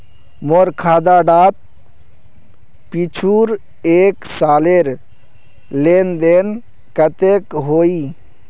मोर खाता डात पिछुर एक सालेर लेन देन कतेक होइए?